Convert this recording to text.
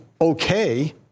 okay